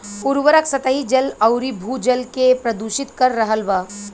उर्वरक सतही जल अउरी भू जल के प्रदूषित कर रहल बा